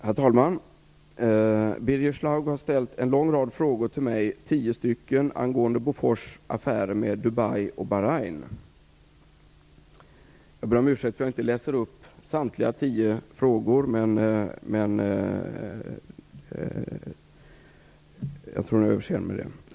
Herr talman! Birger Schlaug har ställt en lång rad frågor till mig, tio stycken, angående Bofors affärer med Dubai och Bahrain. Jag ber om ursäkt för att jag inte läser upp samtliga tio frågor och hoppas på överseende med det.